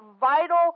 vital